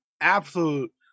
absolute